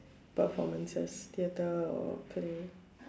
performances theatre or play